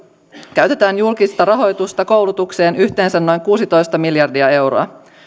käytetään julkista rahoitusta koulutukseen yhteensä noin kuusitoista miljardia euroa